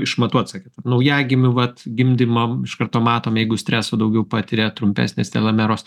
išmatuot sakėt naujagimių vat gimdymam iš karto matome jeigu streso daugiau patiria trumpesnės telomeros